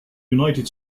united